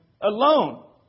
alone